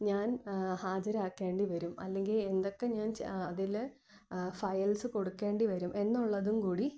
ഞാൻ ഹാജരാക്കേണ്ടി വരും അല്ലെങ്കില് എന്തൊക്ക ഞാൻ അതില് ഫയൽസ് കൊടുക്കേണ്ടി വരും എന്നുള്ളതും കൂടി